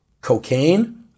Cocaine